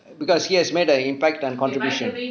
because he has made an impact and contribution